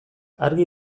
argi